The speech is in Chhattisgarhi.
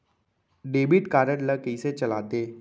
डेबिट कारड ला कइसे चलाते?